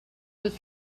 was